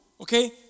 okay